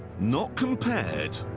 not compared.